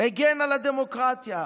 הגן על הדמוקרטיה,